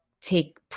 take